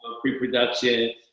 pre-production